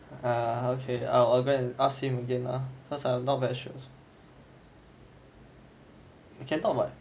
ah okay I'll I'll go and ask him again ah cause I'm not very sure can talk what